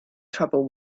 trouble